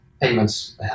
payments